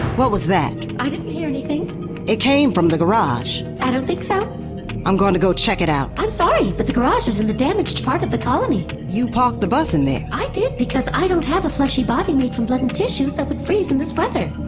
what was that? i didn't hear anything it came from the garage i don't think so i'm going to go check it out i'm sorry, but the garage is in the damaged part of the colony you parked the bus in there i did because i don't have a fleshy body made from blood and tissues that would freeze in this weather